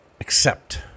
accept